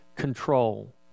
Control